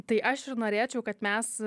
tai aš ir norėčiau kad mes